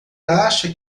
acha